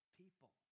people